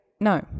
no